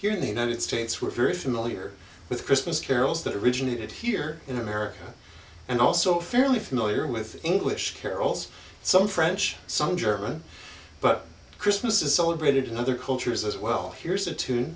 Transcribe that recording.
here in the united states we're very familiar with christmas carols that originated here in america and also fairly familiar with english care also some french some german but christmas is celebrated in other cultures as well here's